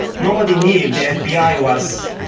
nobody knew the fbi was